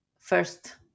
first